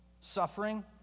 Suffering